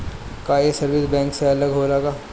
का ये service bank से अलग होला का?